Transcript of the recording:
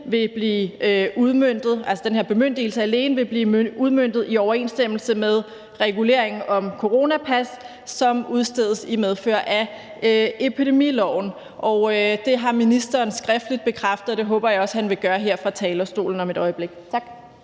vil blive udmøntet i overensstemmelse med reguleringen om coronapas, som udstedes i medfør af epidemiloven, skriftligt har bekræftet dette, og det håber jeg også han vil gøre her fra talerstolen om et øjeblik. Tak.